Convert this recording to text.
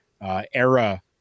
era